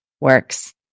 works